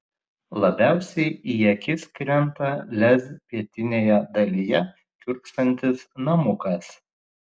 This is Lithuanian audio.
labiausiai į akis krenta lez pietinėje dalyje kiurksantis namukas